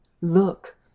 Look